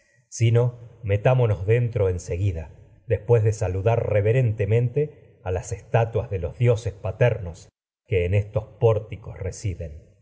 sino metámonos dentro en a seguida después de saludar reverentemente las estatuas de los dioses paternos que en estos pórticos residen